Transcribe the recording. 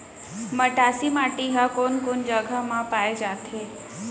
मटासी माटी हा कोन कोन जगह मा पाये जाथे?